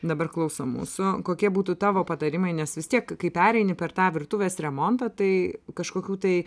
dabar klauso mūsų kokie būtų tavo patarimai nes vis tiek kai pereini per tą virtuvės remontą tai kažkokių tai